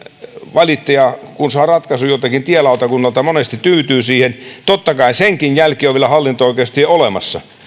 valittajahan kun saa ratkaisun joltakin tielautakunnalta monesti tyytyy siihen mutta totta kai senkin jälkeen on vielä hallinto oikeustie olemassa